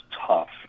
tough